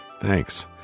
Thanks